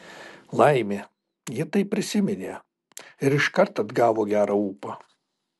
laimė ji tai prisiminė ir iškart atgavo gerą ūpą